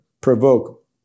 provoke